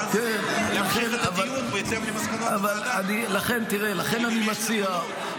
ואז להמשיך את הדיון בהתאם למסקנות הוועדה --- לכן אני מציע,